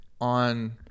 on